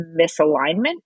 misalignment